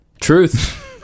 truth